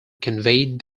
conveyed